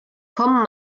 kommen